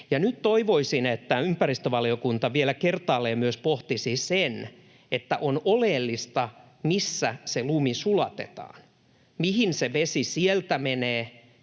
nyt toivoisin, että ympäristövaliokunta vielä kertaalleen pohtisi myös sitä, että on oleellista, missä se lumi sulatetaan, mihin se vesi sieltä menee